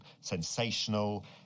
sensational